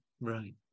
right